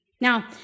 Now